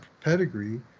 pedigree